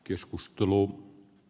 keskustelun